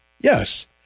Yes